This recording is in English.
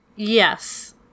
Yes